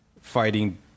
fighting